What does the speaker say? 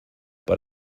but